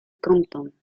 compton